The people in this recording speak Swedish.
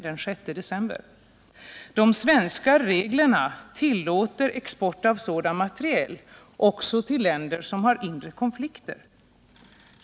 De svenska reglerna tillåter export av sådan materiel också till länder som har inre konflikter.